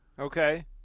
Okay